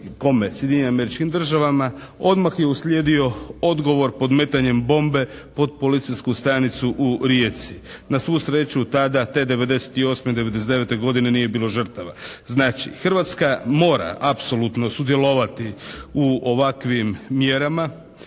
kome, Sjedinjenim Američkim Državama odmah je uslijedio odgovor podmetanjem bombe pod policijsku stanicu u Rijeci. Na svu sreću tada, te '98., '99. godine nije bilo žrtava. Znači, Hrvatska mora apsolutno sudjelovati u ovakvim mjerama,